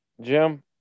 Jim